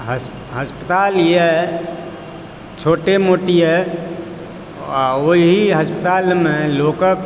हस्पताल यऽ छोटे मोट यऽ आ ओहि हस्पतालमे लोकक